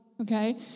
Okay